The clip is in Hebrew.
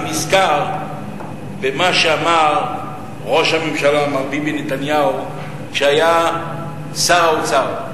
אני נזכר במה שאמר ראש הממשלה מר ביבי נתניהו כשהיה שר האוצר.